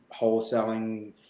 wholesaling